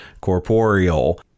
corporeal